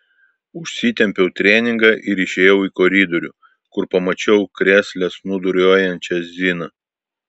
užsitempiau treningą ir išėjau į koridorių kur pamačiau krėsle snūduriuojančią ziną